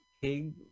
King